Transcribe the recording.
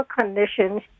conditions